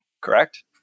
correct